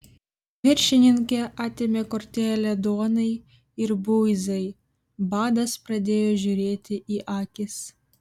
viršininkė atėmė kortelę duonai ir buizai badas pradėjo žiūrėti į akis